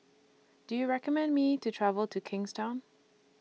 Do YOU recommend Me to travel to Kingstown